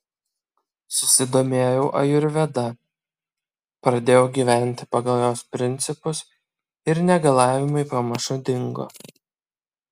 susidomėjau ajurveda pradėjau gyventi pagal jos principus ir negalavimai pamažu dingo